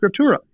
scriptura